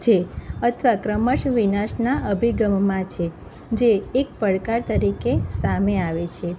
છે અથવા ક્રમશઃ વિનાશના અભિગમમાં છે જે એક પડકાર તરીકે સામે આવે છે